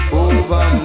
over